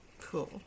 Cool